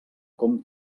com